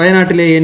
വയനാട്ടിലെ എൻ